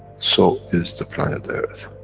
so is the planet earth,